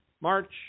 March